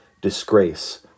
disgrace